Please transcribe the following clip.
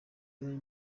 bari